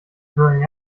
growing